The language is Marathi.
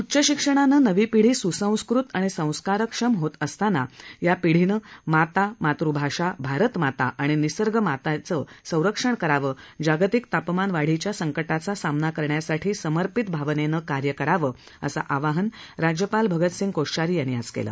उच्च शिक्षणानं नवी पिढी स्संस्कृत आणि संस्कारक्षम होत असताना या पिढीनं माता मातृभाषा भारतमाता आणि निसर्गमातांचं संरक्षण करावं जागतिक तापमान वाढीच्या संकटाचा सामना करण्यासाठी समर्पित भावनेनं कार्य करावं असं आवाहन राज्यपाल भगतसिंह कोश्यारी यांनी आज केलं